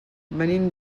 venim